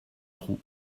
trou